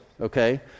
okay